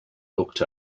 looked